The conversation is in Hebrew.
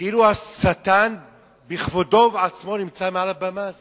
כאילו השטן בכבודו ובעצמו נמצא על הבמה הזאת.